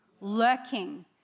lurking